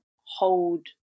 hold